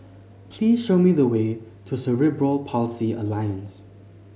please show me the way to Cerebral Palsy Alliance